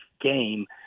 game